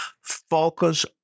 Focus